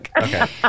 Okay